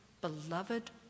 beloved